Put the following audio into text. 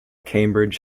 cambridge